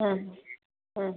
ம் ம்